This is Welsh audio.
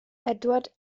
edward